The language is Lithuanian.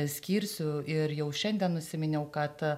skirsiu ir jau šiandien užsiminiau kad